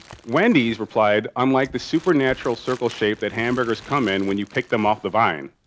wendy's replied unlike the supernatural circle shape that hamburgers come in when you pick them off the vine.